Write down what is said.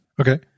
Okay